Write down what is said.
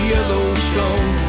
Yellowstone